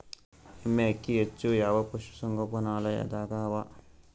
ಎಮ್ಮೆ ಅಕ್ಕಿ ಹೆಚ್ಚು ಯಾವ ಪಶುಸಂಗೋಪನಾಲಯದಾಗ ಅವಾ?